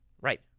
Right